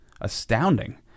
astounding